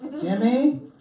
Jimmy